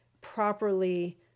properly